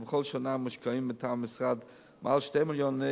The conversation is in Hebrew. ובכל שנה מושקעים מטעם המשרד מעל 2 מיליוני